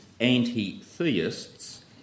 anti-theists